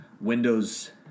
Windows